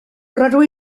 rydw